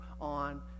On